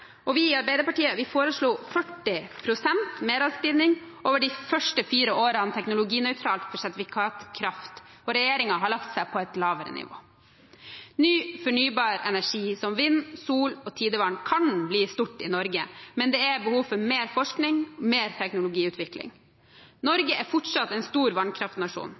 og vi i Arbeiderpartiet foreslo 40 pst. meravskrivning over de første fire årene teknologinøytralt for sertifikatkraft. Regjeringen har lagt seg på et lavere nivå. Ny fornybar energi som vind, sol og tidevann kan bli stort i Norge, men det er behov for mer forskning og mer teknologiutvikling. Norge er fortsatt en stor vannkraftnasjon.